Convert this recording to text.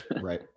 Right